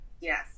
Yes